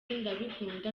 ndabikunda